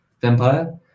vampire